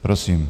Prosím.